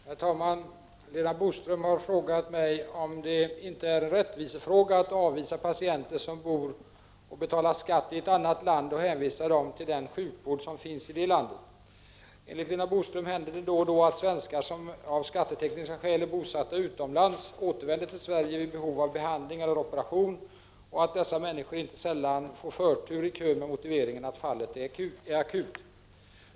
Herr talman! Lena Boström har frågat mig om det inte är en rättvisefråga att avvisa patienter som bor och betalar skatt i ett annat land och hänvisa dem till den sjukvård som finns i det landet. Enligt Lena Boström händer det då och då att svenskar som av skattetekniska skäl är bosatta utomlands återvänder till Sverige vid behov av behandling eller operation och att dessa människor inte sällan får förtur i kön med motiveringen att fallet är akut.